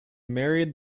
married